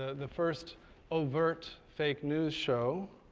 ah the first overt fake news show